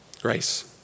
Grace